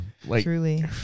Truly